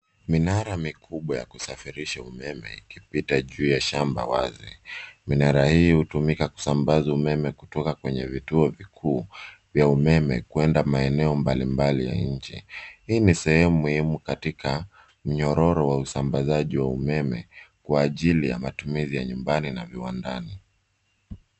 Minara mikubwa ya kusafirisha umeme ikipita juu ya shamba wazi. Minara hii hutumika kusambaza umeme kutoka kwenye vituo vikuu vya umeme kuenda maeneo mbalimbali ya nchi. Hii ni sehemu muhimu katika mnyororo wa usambazaji wa umeme kwa ajili ya matumizi ya nyumbani na viwandani.